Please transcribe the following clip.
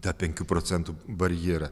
tą penkių procentų barjerą